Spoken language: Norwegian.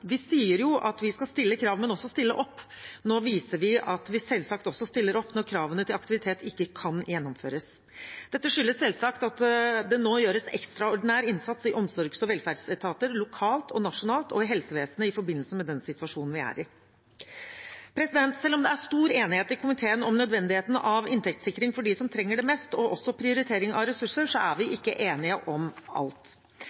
Vi sier jo at vi skal stille krav, men også stille opp. Nå viser vi at vi selvsagt også stiller opp når kravene til aktivitet ikke kan gjennomføres. Dette skyldes selvsagt at det nå gjøres ekstraordinær innsats i omsorgs- og velferdsetater lokalt og nasjonalt og i helsevesenet i forbindelse med den situasjonen vi er i. Selv om det er stor enighet i komiteen om nødvendigheten av inntektssikring for dem som trenger det mest, og også prioritering av ressurser, er vi